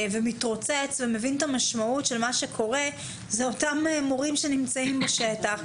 אלה אותם מורים שנמצאים בשטח,